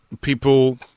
people